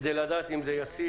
כדי לדעת אם זה ישים,